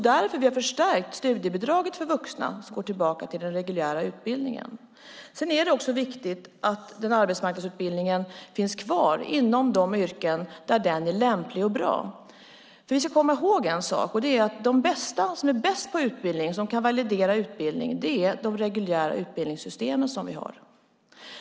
Därför har vi förstärkt studiebidraget för vuxna som går tillbaka till den reguljära utbildningen. Det är också viktigt att arbetsmarknadsutbildningen finns kvar inom de yrken där den är lämplig och bra. Vi ska komma ihåg en sak, och det är att de som är bäst på utbildning och kan validera utbildningen är våra reguljära utbildningssystem.